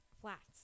flats